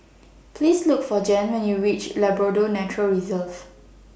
Please Look For Jann when YOU REACH Labrador Nature Reserve